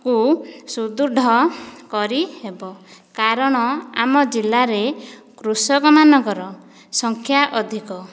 କୁ ସୁଦୃଢ କରିହେବ କାରଣ ଆମ ଜିଲ୍ଲାରେ କୃଷକ ମାନଙ୍କର ସଂଖ୍ୟା ଅଧିକ